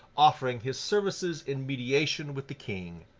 offering his services in mediation with the king.